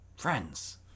friends